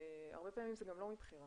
הרבה פעמים זה לא מבחירה